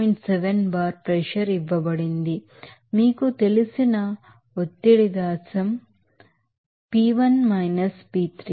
7 bar pressure ఇవ్వబడిందిమీకు తెలిసిన ఒత్తిడి వ్యత్యాసం మీకు తెలుసు p1 p3 ఇక్కడ 0